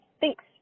Thanks